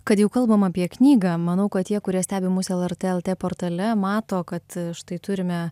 kad jau kalbam apie knygą manau kad tie kurie stebi mus lrt lt portale mato kad štai turime